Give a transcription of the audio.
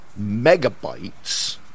megabytes